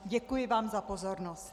Děkuji vám za pozornost.